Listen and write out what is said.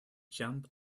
jump